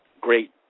great